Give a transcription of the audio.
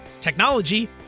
technology